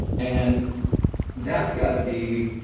and that's gotta be.